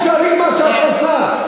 זה בלתי אפשרי מה שאת עושה.